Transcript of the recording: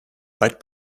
weit